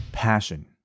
passion